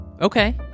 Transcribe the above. Okay